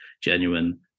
genuine